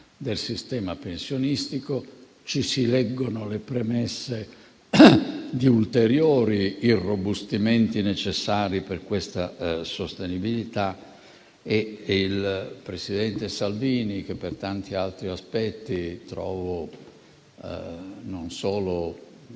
del sistema pensionistico e vi si leggono le premesse di ulteriori irrobustimenti necessari a tal fine. Il presidente Salvini, che per tanti altri aspetti trovo non solo